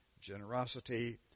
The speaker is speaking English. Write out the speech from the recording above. generosity